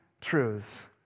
truths